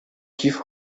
کیف